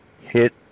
hit